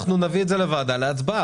אנחנו נביא את זה לוועדה להצבעה.